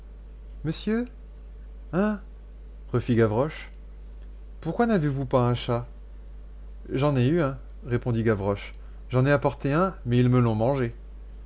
monsieur hein refit gavroche pourquoi n'avez-vous pas un chat j'en ai eu un répondit gavroche j'en ai apporté un mais ils me l'ont mangé